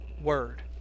word